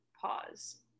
pause